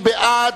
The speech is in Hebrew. מי בעד?